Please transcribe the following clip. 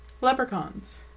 Leprechauns